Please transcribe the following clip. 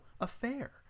affair